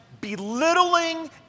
belittling